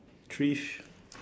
three sh~